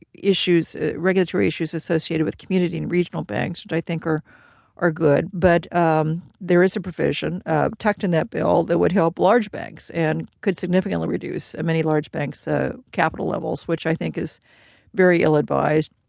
regulatory issues associated with community and regional banks, which i think are are good. but um there is a provision tucked in that bill that would help large banks and could significantly reduce and many large banks' so capital levels, which i think is very ill-advised.